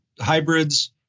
hybrids